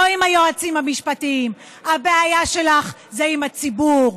לא עם היועצים המשפטיים, הבעיה שלך זה עם הציבור,